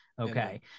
Okay